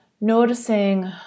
noticing